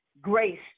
grace